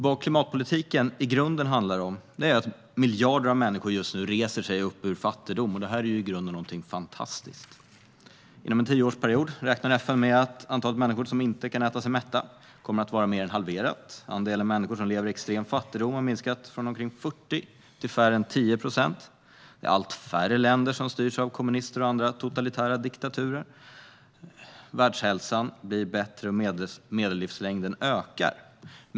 Vad klimatpolitiken i grunden handlar om är att miljarder människor just nu reser sig ur fattigdom, vilket ju i grunden är något fantastiskt. Inom en tioårsperiod räknar FN med att antalet människor som inte kan äta sig mätta kommer att vara mer än halverat. Andelen människor som lever i extrem fattigdom har minskat från omkring 40 procent till mindre än 10 procent. Allt färre länder styrs av kommunister och andra totalitära diktaturer. Världshälsan blir bättre, och medellivslängden ökar.